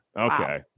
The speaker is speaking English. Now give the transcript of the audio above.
Okay